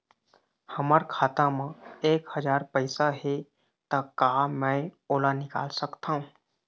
हमर खाता मा एक हजार पैसा हे ता का मैं ओला निकाल सकथव?